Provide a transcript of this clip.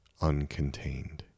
uncontained